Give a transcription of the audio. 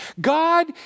God